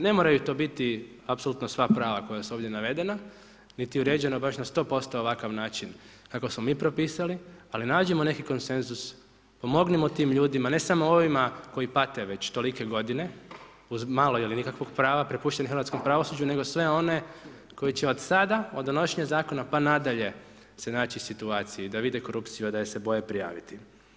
Ne moraju to biti apsolutno sva prava koja su ovdje navedena niti uređena baš na 100% ovakav način kako smo mi propisali, ali nađemo neki konsenzus, pomognimo tim ljudima, ne samo ovima koji pate već tolike godine, uz malo ili nikakva prava prepušteni hrvatskom pravosuđu nego sve one koji će od sada, od donošenja zakona pa nadalje se naći u situaciji da vide korupciju a da je se boje prijaviti.